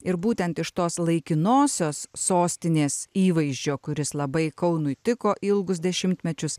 ir būtent iš tos laikinosios sostinės įvaizdžio kuris labai kaunui tiko ilgus dešimtmečius